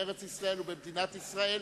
בארץ-ישראל ובמדינת ישראל,